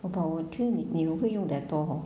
but 我觉得你你有会用 Dettol hor